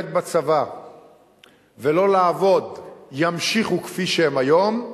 בצבא ולא לעבוד ימשיכו כפי שהם היום,